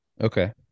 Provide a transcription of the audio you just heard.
Okay